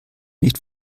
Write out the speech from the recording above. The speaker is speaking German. nicht